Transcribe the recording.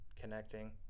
connecting